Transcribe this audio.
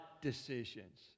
decisions